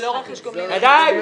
זה לא רכש גומלין, גפני.